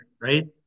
right